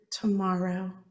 tomorrow